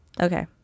Okay